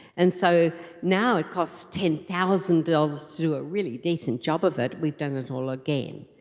and so now it costs ten thousand dollars to do a really decent job of it, we've done it all again,